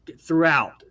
throughout